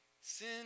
Sin